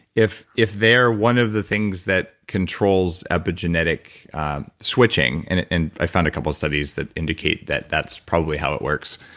if if they're one of the things that controls epigenetic switching, and and i found a couple studies that indicate that that's probably how it works,